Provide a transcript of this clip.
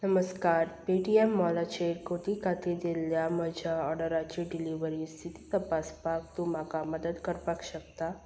नमस्कार पेटीएम मॉलाचेर कोती खाती दिल्ल्या म्हज्या ऑर्डराची डिलिव्हरी स्थिती तपासपाक तूं म्हाका मदत करपाक शकता